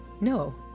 no